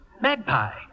Magpie